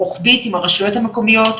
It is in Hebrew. רוחבית עם הרשויות המקומיות,